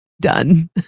done